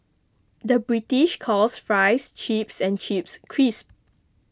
the British calls Fries Chips and Chips Crisps